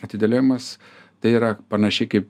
atidėliojamas tai yra panašiai kaip